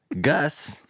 gus